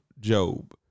Job